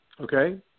Okay